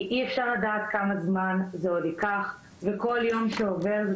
כי אי אפשר לדעת כמה זמן זה עוד ייקח וכל יום שעובר זה